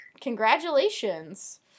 Congratulations